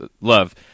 love